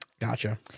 Gotcha